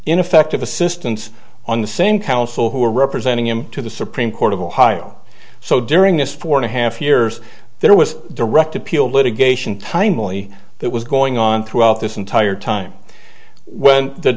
ineffective assistance on the same counsel who are representing him to the supreme court of ohio so during this four and a half years there was direct appeal litigation timely that was going on throughout this entire time when the